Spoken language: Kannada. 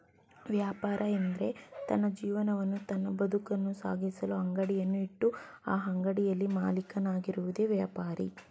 ವ್ಯಾಪಾರ ಎಂದ್ರೆ ತನ್ನ ಜೀವನವನ್ನು ತನ್ನ ಬದುಕನ್ನು ಸಾಗಿಸಲು ಅಂಗಡಿಯನ್ನು ಇಟ್ಟು ಆ ಅಂಗಡಿಯಲ್ಲಿ ಮಾಲೀಕನಾಗಿರುವುದೆ ವ್ಯಾಪಾರಿ